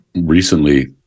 Recently